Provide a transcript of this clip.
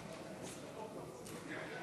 לוועדת